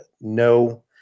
no